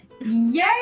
Yay